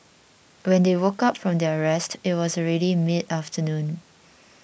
when they woke up from their rest it was already mid afternoon